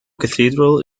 cathedral